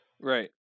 Right